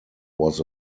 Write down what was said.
was